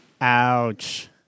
Ouch